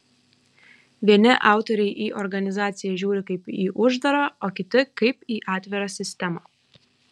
vieni autoriai į organizaciją žiūri kaip į uždarą o kiti kaip į atvirą sistemą